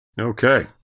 Okay